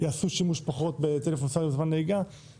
יעשו שימוש פחות בטלפון סלולרי בזמן נהיגה,